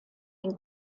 den